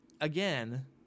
again